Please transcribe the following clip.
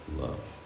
love